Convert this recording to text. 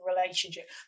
relationship